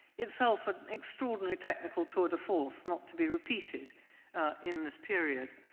itself an extraordinary technical tour de force not to be repeated in this period,